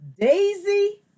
Daisy